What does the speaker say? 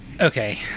okay